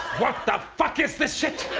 what the fuck is this shit?